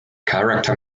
character